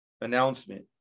announcement